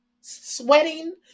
sweating